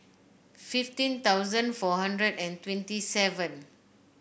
fifteen thousand four hundred and twenty seven